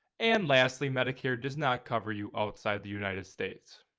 and lastly, medicare does not cover you outside the united states.